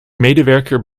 medewerker